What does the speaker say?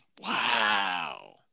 Wow